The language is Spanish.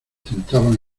tentaban